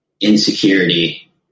insecurity